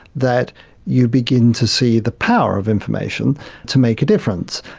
that you begin to see the power of information to make a difference.